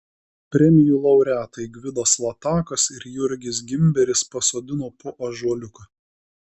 premijų laureatai gvidas latakas ir jurgis gimberis pasodino po ąžuoliuką